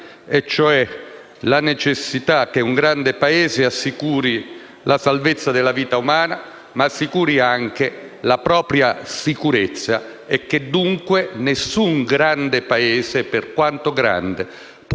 la necessità che un grande Paese assicuri la salvezza della vita umana, ma anche la propria sicurezza, ragion per cui nessun grande Paese, per quanto grande, può